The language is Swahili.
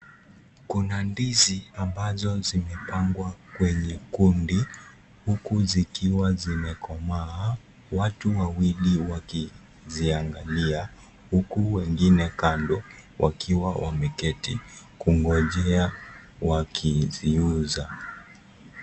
Kuna ndizi ambazo zimepangwa kwenye kundi. Huku zikiwa zimekomaa, watu wawili wakiziangalia. Huku wengine kando wakiwa wameketi kungonjea wakiziuza.